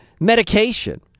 medication